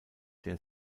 der